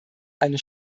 eine